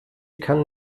kann